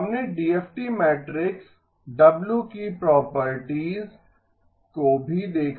हमने DFT matrix W की properties को भी देखा